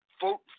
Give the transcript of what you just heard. vote